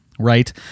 Right